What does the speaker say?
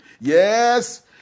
Yes